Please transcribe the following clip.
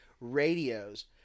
radios